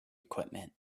equipment